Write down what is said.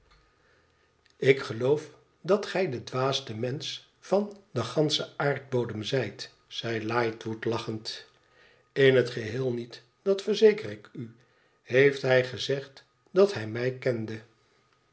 ik geloof dat gij de dwaaste mensch van den ganschen aardbodem zijt zei lightwood lachend in het geheel niet dat verzeker ik u heeft hij gezegd dat hij mij kende